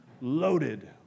Loaded